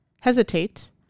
Hesitate